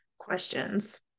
questions